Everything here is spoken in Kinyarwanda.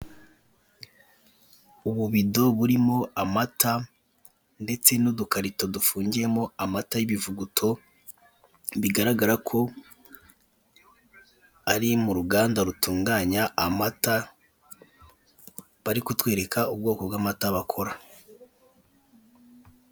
Ububido burimo amata, ndetse n'udukarito dufungiyemo amata y'ibivuguto, bigaragarako ari muruganda rutunganya amata, bari kutwereka ubwoko bw'amata bakora.